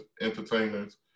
entertainers